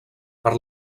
per